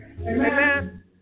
Amen